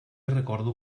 recordo